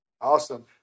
Awesome